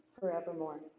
forevermore